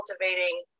cultivating